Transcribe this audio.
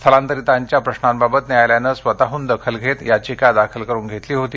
स्थलांतरितांच्या प्रश्नांबाबत न्यायालयानं स्वतःहून दखल घेत याचिका दाखल करुन घेतली होती